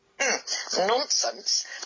Nonsense